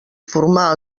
formar